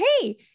hey